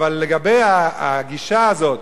אבל לגבי הגישה הזאת,